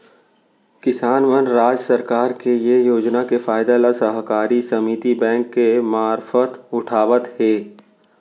किसान मन राज सरकार के ये योजना के फायदा ल सहकारी समिति बेंक के मारफत उठावत हें